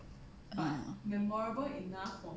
uh